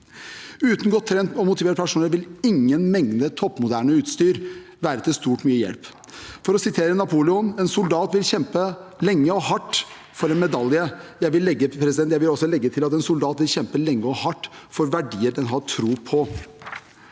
Uten godt trent og motivert personell vil ingen mengde toppmoderne utstyr være til stor hjelp. For å sitere Napoleon: En soldat vil kjempe lenge og hardt for en medalje. Jeg vil også legge til at en soldat vil kjempe lenge og hardt for verdier man har tro på.